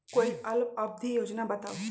कोई अल्प अवधि योजना बताऊ?